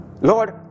Lord